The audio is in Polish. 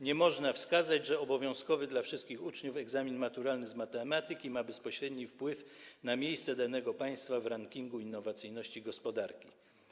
Nie można wskazać, że obowiązkowy dla wszystkich uczniów egzamin maturalny z matematyki ma bezpośredni wpływ na miejsce danego państwa w rankingu innowacyjności gospodarki.